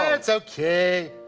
ah it's okay.